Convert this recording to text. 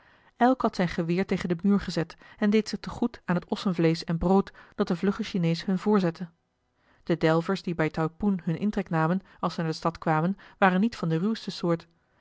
elk had zijn geweer tegen den muur gezet en deed zich te goed aan het ossenvleesch en brood dat de vlugge chinees hun voorzette eli heimans willem roda de delvers die bij taipoen hun intrek namen als ze naar de stad kwamen waren niet van de ruwste soort